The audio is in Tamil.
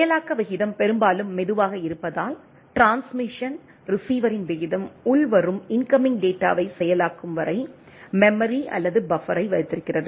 செயலாக்க விகிதம் பெரும்பாலும் மெதுவாக இருப்பதால் டிரான்ஸ்மிஷன் ரிசீவரின் விகிதம் உள்வரும் இன்கமிங் டேட்டாவைச் செயலாக்கும் வரை மெமரி அல்லது பஃபரை வைத்திருக்கிறது